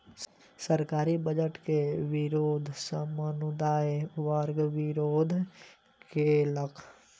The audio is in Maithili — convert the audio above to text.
सरकारी बजट के विरुद्ध समुदाय वर्ग विरोध केलक